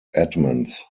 edmunds